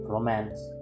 Romance